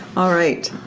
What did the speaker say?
alright,